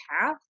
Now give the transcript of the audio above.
path